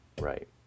Right